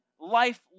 life